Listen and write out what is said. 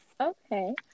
Okay